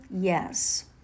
yes